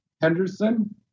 Henderson